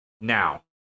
now